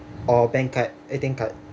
or bank card A_T_M card